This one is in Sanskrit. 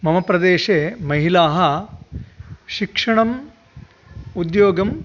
मम प्रदेशे महिलाः शिक्षणम् उद्योगं